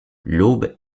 l’aube